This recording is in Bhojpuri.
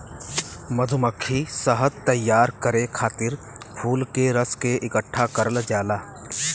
मधुमक्खी शहद तैयार करे खातिर फूल के रस के इकठ्ठा करल जाला